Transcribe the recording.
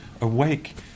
awake